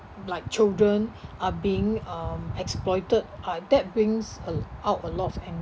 like children are being um exploited ah that brings a out a lot of anger